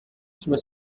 through